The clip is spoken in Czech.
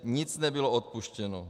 Nic nebylo odpuštěno.